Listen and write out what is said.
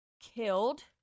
killed